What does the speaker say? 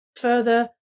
further